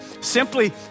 simply